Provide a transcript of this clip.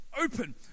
open